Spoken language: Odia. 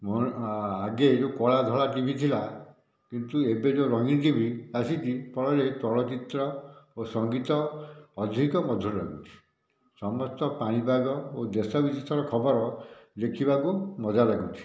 ଆଗେ ଯେଉଁ କଲା ଧଳା ଟି ଭି ଥିଲା କିନ୍ତୁ ଏବେ ଯେଉଁ ରଙ୍ଗୀନ ଟି ଭି ଆସିଛି ଫଳରେ ଚଳଚ୍ଚିତ୍ର ଓ ସଂଗୀତ ଅଧିକ ମଧୁର ହୋଇଛି ସମସ୍ତ ପାଣିପାଗ ଓ ଦେଶ ବିଦେଶର ଖବର ଦେଖିବାକୁ ମଜା ଲାଗୁଛି